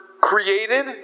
created